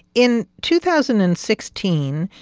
in two thousand and sixteen,